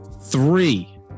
three